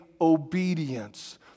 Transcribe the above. obedience